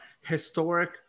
historic